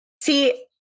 See